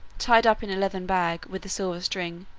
tied up in a leathern bag, with a silver string,